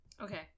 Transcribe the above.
Okay